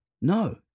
No